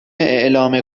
اعلام